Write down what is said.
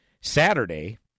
Saturday